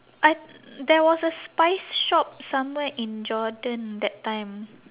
I there was a spice shop somewhere in jordan that time